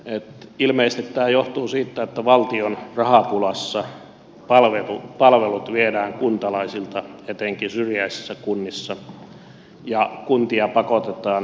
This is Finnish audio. ilmeisesti tämä johtuu siitä että valtion rahapulassa palvelut viedään kuntalaisilta etenkin syrjäisissä kunnissa ja kuntia pakotetaan pakkoliitoksiin